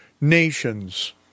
nations